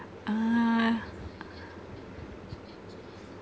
uh